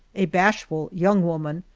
a bashful young woman,